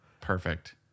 Perfect